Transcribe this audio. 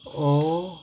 oh